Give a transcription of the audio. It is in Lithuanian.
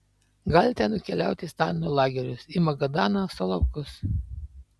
galite nukeliauti į stalino lagerius į magadaną solovkus